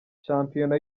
shampiona